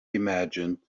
imagined